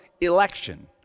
election